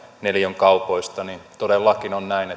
neliön kaupoista todellakin on näin